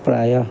प्रायः